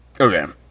Okay